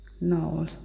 No